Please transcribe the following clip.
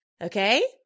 Okay